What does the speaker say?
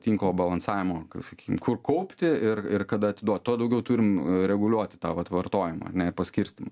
tinko balansavimo sakykim kur kaupti ir ir kada atiduot tuo daugiau turim reguliuoti tą vat vartojimą paskirstymo